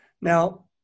Now